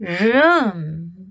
room